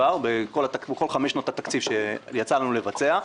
בכל חמש שנות התקציב שיצא לנו לבצע,